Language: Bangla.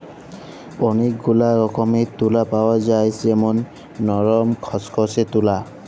ওলেক গুলা রকমের তুলা পাওয়া যায় যেমল লরম, খসখসে তুলা